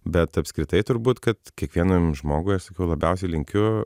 bet apskritai turbūt kad kiekvienam žmogui aš sakau labiausiai linkiu